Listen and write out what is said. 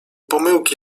pomyłki